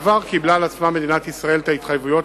בעבר קיבלה מדינת ישראל על עצמה את ההתחייבויות